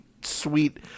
sweet